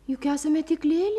juk esame tik lėlės